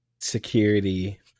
security